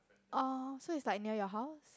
oh so its like near your house